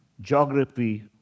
geography